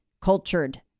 Cultured